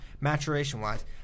maturation-wise